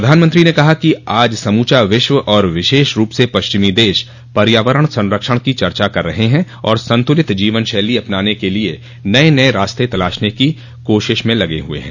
प्रधानमंत्री ने कहा कि आज समूचा विश्व और विशेष रूप से पश्चिमी देश पर्यावरण संरक्षण की चर्चा कर रहे हैं और संतुलित जीवनशैली अपनाने के लिए नए नए रास्ते तलाशने की कोशिश में लगे हैं